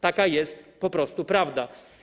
Taka jest po prostu prawda.